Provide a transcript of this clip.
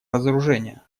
разоружения